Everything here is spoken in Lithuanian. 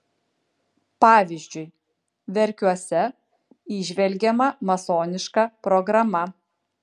pavyzdžiui verkiuose įžvelgiama masoniška programa